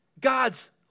God's